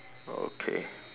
okay